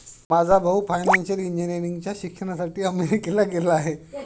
माझा भाऊ फायनान्शियल इंजिनिअरिंगच्या शिक्षणासाठी अमेरिकेला गेला आहे